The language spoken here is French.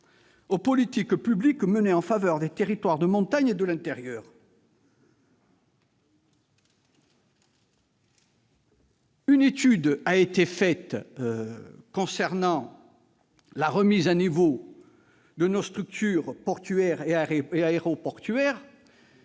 aux politiques publiques menées en faveur des territoires de montagne et de l'intérieur de l'île. Une étude consacrée à la remise à niveau de nos infrastructures portuaires et aéroportuaires